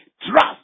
trust